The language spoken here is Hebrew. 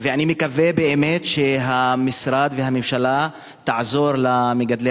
ואני מקווה שהמשרד והממשלה יעזרו למגדלי